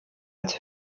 als